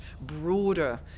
broader